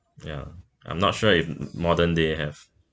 ya I'm not sure if more then they have